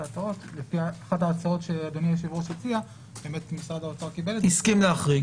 אחת ההצעות שאדוני היושב-ראש הציע ומשרד האוצר הסכים להחריג.